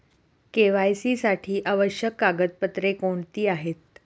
KYC साठी आवश्यक कागदपत्रे कोणती आहेत?